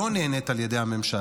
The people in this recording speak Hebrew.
לא נענית על ידי הממשלה,